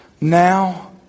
Now